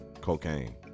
cocaine